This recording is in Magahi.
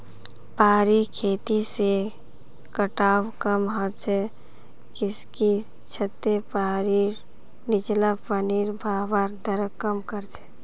पहाड़ी खेती से कटाव कम ह छ किसेकी छतें पहाड़ीर नीचला पानीर बहवार दरक कम कर छे